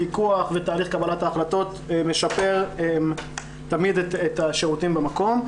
הפיקוח ותהליך קבלת ההחלטות משפר תמיד את השירותים במקום.